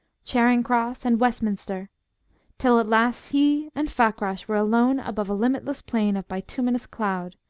charing cross, and westminster till at last he and fakrash were alone above a limitless plain of bituminous cloud,